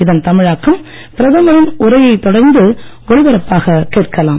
இதன் தமிழாக்கம் பிரதமரின் உரையைத் தொடர்ந்து ஒலிபரப்பாகக் கேட்கலாம்